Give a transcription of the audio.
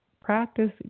practice